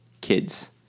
kids